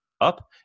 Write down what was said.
up